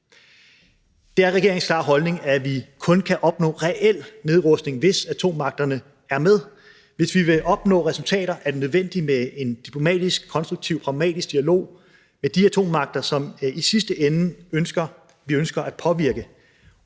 Det er regeringens klare holdning, at vi kun kan opnå reel nedrustning, hvis atommagterne er med. Hvis vi vil opnå resultater, er det nødvendigt med en diplomatisk, konstruktiv og pragmatisk dialog med de atommagter, vi i sidste ende ønsker at påvirke,